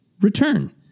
return